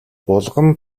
булган